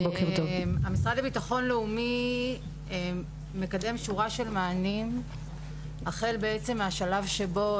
המשרד לביטחון לאומי מקדם שורה של מענים החל בעצם מהשלב שבו